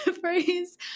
phrase